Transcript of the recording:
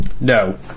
No